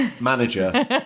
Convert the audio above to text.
manager